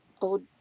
old